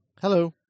Hello